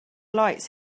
lights